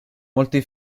molti